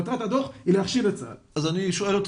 מטרת הדוח היא להכשיל את צבא ההגנה לישראל.